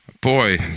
boy